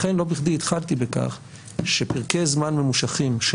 לכן לא בכדי התחלתי בכך שפרקי זמן ממושכים של